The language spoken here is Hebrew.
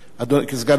סגן השר,